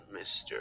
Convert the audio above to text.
Mr